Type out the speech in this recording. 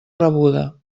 rebuda